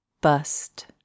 Bust